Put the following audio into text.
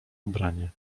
ubranie